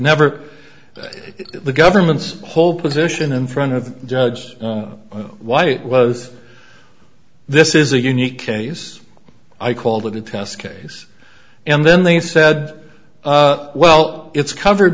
never the government's whole position in front of the judge why it was this is a unique case i called it a test case and then they said well it's covered